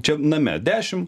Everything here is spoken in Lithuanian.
čia name dešim